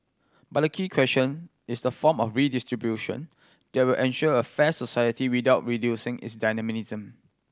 but the key question is the form of redistribution that will ensure a fair society without reducing its dynamism